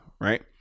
right